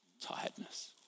tiredness